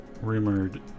rumored